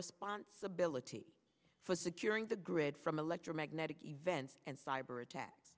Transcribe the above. responsibility for securing the grid from electromagnetic events and cyber attacks